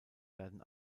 werden